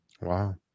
Wow